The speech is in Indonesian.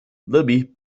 lebih